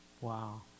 Wow